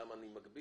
למה אני מגביל,